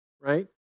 right